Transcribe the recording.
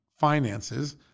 finances